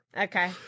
Okay